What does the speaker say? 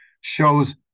shows